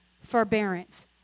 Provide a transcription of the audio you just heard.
forbearance